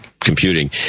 computing